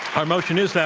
our motion is,